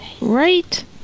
Right